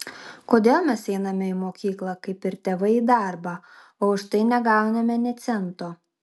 kodėl mes einame į mokyklą kaip ir tėvai į darbą o už tai negauname nė cento